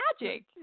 magic